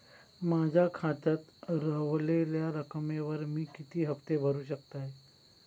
माझ्या खात्यात रव्हलेल्या रकमेवर मी किती हफ्ते भरू शकतय?